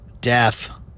Death